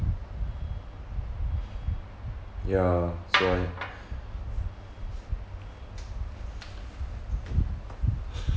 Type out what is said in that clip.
ya so I